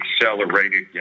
accelerated